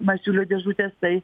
masiulio dėžutės tai